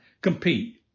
compete